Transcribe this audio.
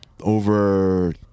over